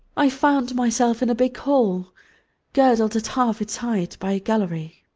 i found myself in a big hall girdled at half its height by a gallery.